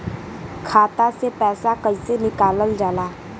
खाता से पैसा कइसे निकालल जाला?